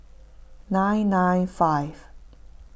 nine nine five